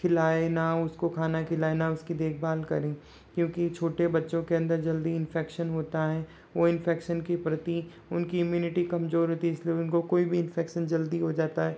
खिलाए ना उसको खाना खिलाए ना उसकी देखभाल करें क्योंकि छोटे बच्चों के अंदर जल्दी इन्फेक्शन होता है वो इन्फेक्शन के प्रति उनकी इम्युनिटी कमजोर होती इसलिए उनको कोई भी इन्फेक्शन जल्दी हो जाता है